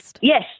yes